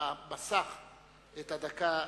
היום,